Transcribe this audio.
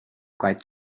quite